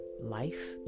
life